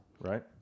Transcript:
right